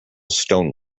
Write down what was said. stone